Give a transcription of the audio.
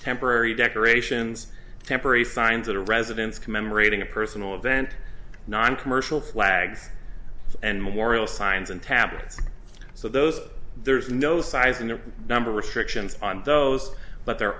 temporary decorations temporary signs of a residence commemorating a personal of vent noncommercial flags and memorial signs and tablets so those there's no size and the number restrictions on those but there